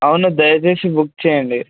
అవును దయచేసి బుక్ చేయండి